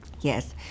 Yes